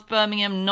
Birmingham